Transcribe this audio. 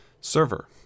server